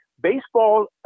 Baseball